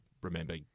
remember